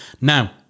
Now